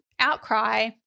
outcry